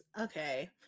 Okay